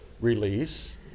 release